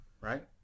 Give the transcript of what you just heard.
right